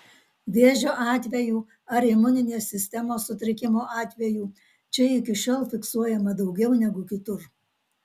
vėžio atvejų ar imuninės sistemos sutrikimo atvejų čia iki šiol fiksuojama daugiau negu kitur